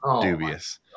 Dubious